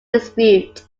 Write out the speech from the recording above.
dispute